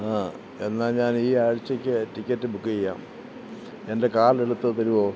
ആ എന്നാൽ ഞാൻ ഈ ആഴ്ച്ചക്ക് ടിക്കറ്റ് ബുക്ക് ചെയ്യാം എൻ്റെ കാർഡ് എടുത്ത് തരുമോ